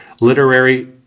literary